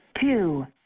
two